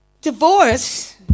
Divorce